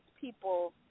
people